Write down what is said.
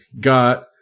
got